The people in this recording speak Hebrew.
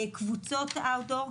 קבוצות outdoor.